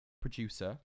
producer